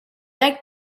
egg